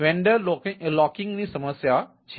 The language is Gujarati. તેથી વેન્ડર લોક ઇનની સમસ્યા છે